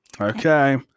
okay